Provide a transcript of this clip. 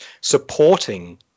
supporting